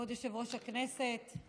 כבוד יושב-ראש הכנסת,